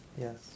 yes